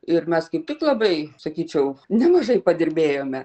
ir mes kaip tik labai sakyčiau nemažai padirbėjome